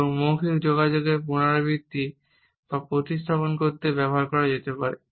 এবং মৌখিক যোগাযোগের পুনরাবৃত্তি বা প্রতিস্থাপন করতে ব্যবহার করা যেতে পারে